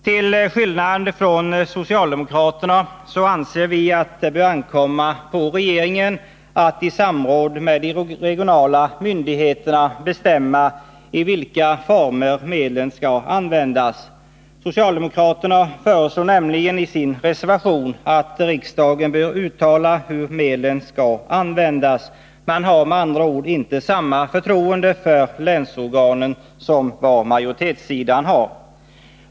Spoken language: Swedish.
Till skillnad från socialdemokraterna anser vi att det bör ankomma på regeringen att i samråd med de regionala myndigheterna bestämma i vilka former medlen skall användas. Socialdemokraterna föreslår nämligen i sin reservation att riksdagen skall uttala hur medlen skall användas. Man har med andra ord inte samma förtroende för länsorganen som majoritetssidan har.